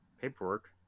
paperwork